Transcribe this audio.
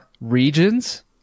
regions